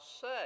say